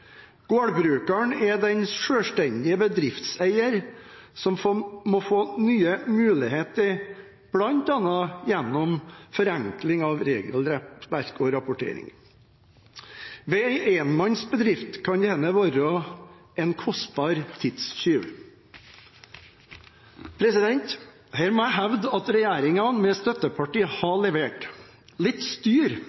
Gårdbrukeren er den selvstendige bedriftseieren som må få nye muligheter bl.a. gjennom forenkling av regelverk og rapportering, som i en enmannsbedrift gjerne kan være en kostbar tidstyv. Her må jeg hevde at regjeringen med